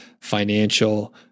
financial